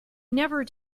never